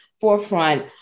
forefront